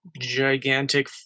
gigantic